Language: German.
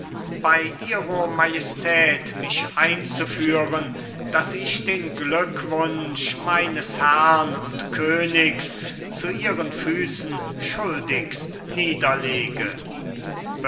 bei ihro majestät mich einzuführen daß ich den glückwunsch meines herrn und königs zu ihren füßen schuldigst niederlege